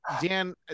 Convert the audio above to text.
Dan